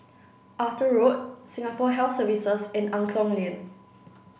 Arthur Road Singapore Health Services and Angklong Lane